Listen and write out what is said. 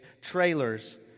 trailers